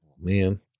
Man